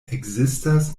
ekzistas